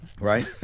Right